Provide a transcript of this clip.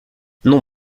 non